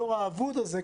הדור האבוד הזה,